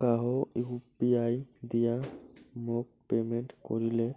কাহো ইউ.পি.আই দিয়া মোক পেমেন্ট করিলে